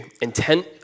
intent